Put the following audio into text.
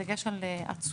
בדגש על עצורים.